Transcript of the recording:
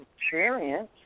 experience